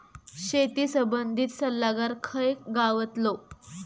शेती संबंधित सल्लागार खय गावतलो?